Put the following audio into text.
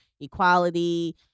equality